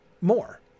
more